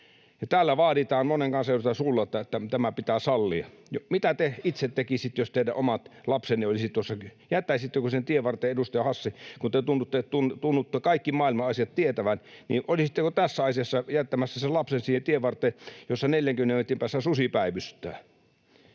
täällä vaaditaan monen kansanedustajan suulla, että tämä pitää sallia. Mitä te itse tekisitte, jos teidän omat lapsenne olisivat tuossa? Jättäisittekö siihen tienvarteen, edustaja Hassi, kun te tunnutte kaikki maailman asiat tietävän, olisitteko tässä asiassa jättämässä sen lapsen siihen tienvarteen, josta 40 metrin päässä susi päivystää?